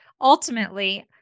ultimately